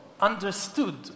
understood